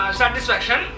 satisfaction